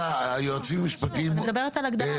אני מדברת על הגדרה,